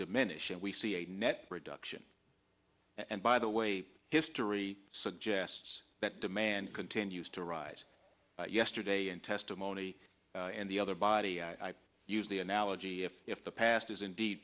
diminish and we see a net reduction and by the way history suggests that demand continues to rise yesterday in testimony and the other body i use the analogy if if the past is indeed